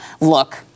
look